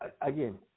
Again